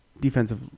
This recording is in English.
defensive